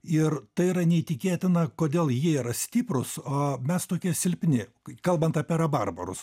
ir tai yra neįtikėtina kodėl jie yra stiprūs o mes tokie silpni kalbant apie rabarbarus